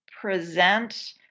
present